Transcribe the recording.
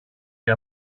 και